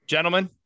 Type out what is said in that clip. Gentlemen